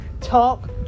talk